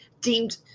deemed